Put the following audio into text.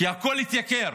כי הכול התייקר,